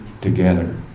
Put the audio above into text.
together